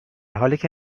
حالیکه